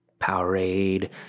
powerade